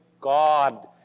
God